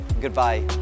Goodbye